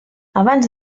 abans